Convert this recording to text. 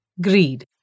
Greed